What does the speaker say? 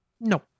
No